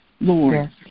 Lord